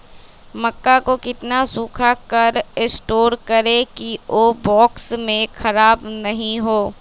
मक्का को कितना सूखा कर स्टोर करें की ओ बॉक्स में ख़राब नहीं हो?